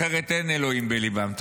אחרת אין אלוהים בליבם.